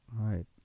right